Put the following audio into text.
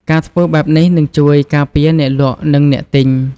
ការធ្វើបែបនេះនឹងជួយការពារទាំងអ្នកលក់និងអ្នកទិញ។